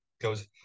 goes